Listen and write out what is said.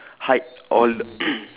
hide all